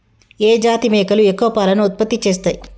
ఏ జాతి మేకలు ఎక్కువ పాలను ఉత్పత్తి చేస్తయ్?